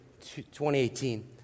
2018